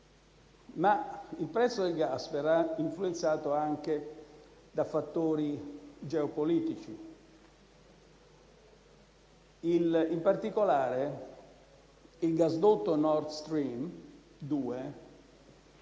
il prezzo del gas verrà influenzato anche da fattori geopolitici. In particolare, il gasdotto Nord Stream 2